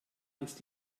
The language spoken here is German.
ist